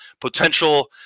potential